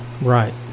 right